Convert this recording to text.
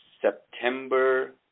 September